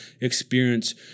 experience